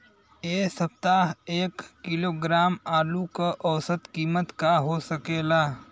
एह सप्ताह एक किलोग्राम आलू क औसत कीमत का हो सकेला?